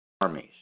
armies